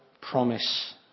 promise